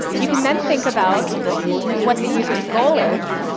you can then think about what the user's goal is,